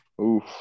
Oof